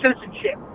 citizenship